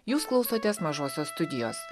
jūs klausotės mažosios studijos